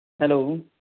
hello